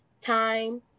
time